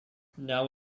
now